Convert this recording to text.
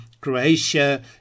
Croatia